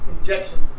injections